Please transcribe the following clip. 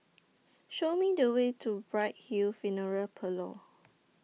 Show Me The Way to Bright Hill Funeral Parlour